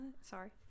Sorry